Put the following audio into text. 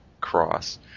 cross